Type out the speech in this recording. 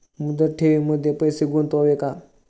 मुदत ठेवींमध्ये पैसे गुंतवावे का?